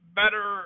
better